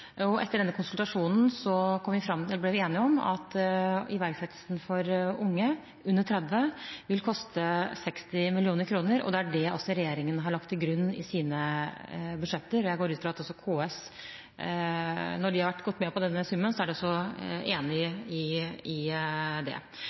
Etter denne konsultasjonen ble vi enige om at iverksettelsen for unge under 30 år vil koste 60 mill. kr, og det er også det regjeringen har lagt til grunn i sine budsjetter. Jeg går ut fra at KS, når de har gått med på denne summen, også er enig i det. I tillegg er det også